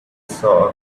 saw